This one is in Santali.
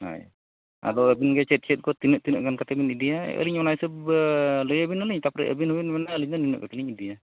ᱦᱚᱭ ᱟᱫᱚ ᱟᱵᱤᱱᱜᱮ ᱪᱮᱫ ᱪᱮᱫᱠᱚ ᱛᱤᱱᱟᱹᱜᱼᱛᱤᱱᱟᱹᱜ ᱜᱟᱱ ᱠᱟᱛᱮᱫᱵᱤᱱ ᱤᱫᱤᱭᱟ ᱟᱹᱞᱤᱧ ᱚᱱᱟ ᱦᱤᱥᱟᱹᱵᱽ ᱞᱟᱹᱭᱟᱵᱤᱱᱟᱞᱤᱧ ᱛᱟᱯᱚᱨᱮ ᱟᱵᱤᱱᱦᱚᱸᱵᱤᱱ ᱢᱮᱱᱟ ᱟᱹᱞᱤᱧᱫᱚ ᱱᱤᱱᱟᱹᱜ ᱠᱟᱛᱮᱫᱞᱤᱧ ᱤᱫᱤᱭᱟ